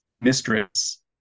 mistress